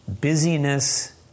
Busyness